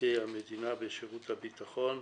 מעובדי המדינה ושירות הביטחון.